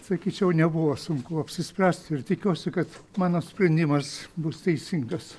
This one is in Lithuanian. sakyčiau nebuvo sunku apsispręst ir tikiuosi kad mano sprendimas bus teisingas